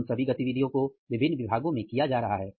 तो उन सभी गतिविधियों को विभिन्न विभागों में किया जा रहा है